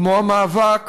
כמו המאבק